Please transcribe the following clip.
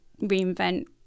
reinvent